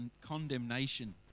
condemnation